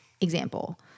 example